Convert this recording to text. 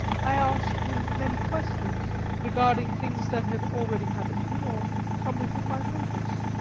i asked him many questions regarding things that had already happened to me or come within my notice.